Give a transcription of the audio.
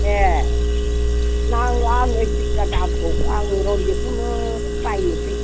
ए नांला आंनो इसि बुरजा दामखौ आङो रन्जिथखौनो बायनोसै